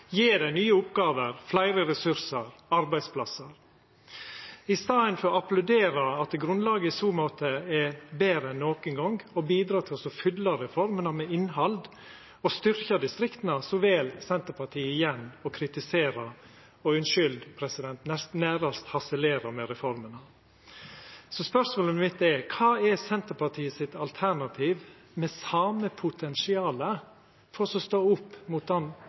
nye oppgåver, fleire ressursar, arbeidsplassar. I staden for å applaudera at grunnlaget i så måte er betre enn nokon gong, og å bidra til å fylla reformene med innhald og styrkja distrikta, vel Senterpartiet igjen å kritisera og – unnskyld – nærast harselera over reformene. Så spørsmålet mitt er: Kva er Senterpartiet sitt alternativ med det same potensialet for å stå opp mot den